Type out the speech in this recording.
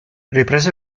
ripreso